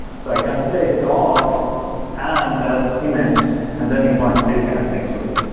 so i can say dog and that image and then it finds these kind of things for you.